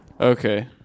Okay